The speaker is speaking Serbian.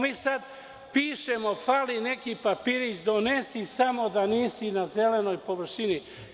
Mi sad pišemo, fali neki papirić, donesi samo da nisi na zelenoj površini, ništa.